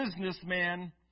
businessman